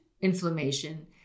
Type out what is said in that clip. inflammation